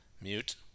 Mute